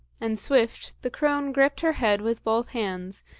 and swift the crone gripped her head with both hands,